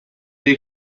ilk